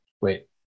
wait